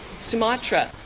Sumatra